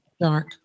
dark